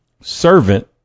servant